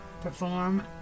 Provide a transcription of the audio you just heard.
perform